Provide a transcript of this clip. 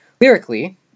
lyrically